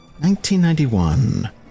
1991